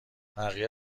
بقیه